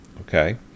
Okay